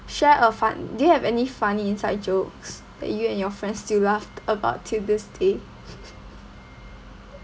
share a fun~ do you have any funny inside jokes that you and your friends still laugh about till this day